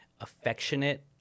affectionate